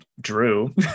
Drew